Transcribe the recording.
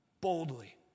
Boldly